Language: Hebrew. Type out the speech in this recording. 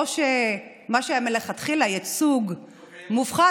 מה שהיה מלכתחילה ייצוג מופחת,